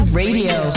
radio